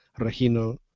Regino